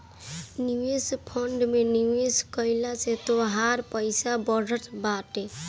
निवेश फंड में निवेश कइला से तोहार पईसा बढ़त बाटे